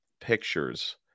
pictures